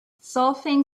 solfaing